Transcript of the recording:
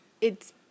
it's-